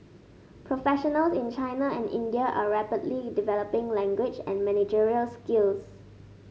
professionals in China and India are rapidly developing language and managerial skills